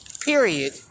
period